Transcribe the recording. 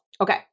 Okay